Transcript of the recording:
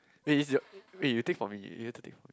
eh it's your eh you take for me eh you have to take for me